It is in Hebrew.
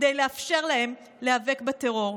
כדי לאפשר להן להיאבק בטרור.